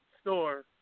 store